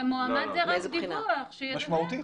למועמד זה רק דיווח, שידווח.